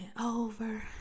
over